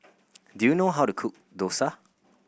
do you know how to cook dosa